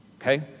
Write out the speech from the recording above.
okay